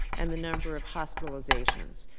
and the number of hospitalizations.